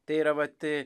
tai yra vat